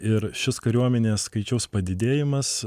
ir šis kariuomenės skaičiaus padidėjimas